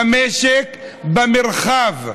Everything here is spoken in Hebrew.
במשק, במרחב,